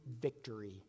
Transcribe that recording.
victory